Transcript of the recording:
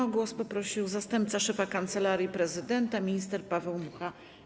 O głos poprosił zastępca szefa Kancelarii Prezydenta minister Paweł Mucha.